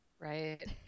Right